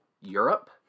Europe